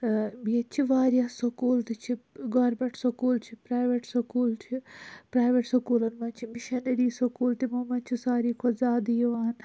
ییٚتہِ چھِ وارِیاہ سکوٗل تہِ چھِ گورمِنٹ سکوٗل چھِ پرٛایویٹ سکوٗل چھِ پرٛایویٹ سکوٗلَن منٛز چھِ مِشَنٔری سکوٗل تہِ تِمو منٛز چھِ سارِوِٕے کھۄتہٕ زیاد یِوان